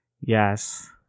Yes